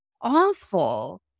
awful